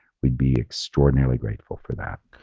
we'd be extraordinarily grateful for that.